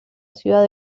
ciudad